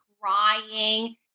crying